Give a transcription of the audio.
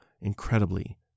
incredibly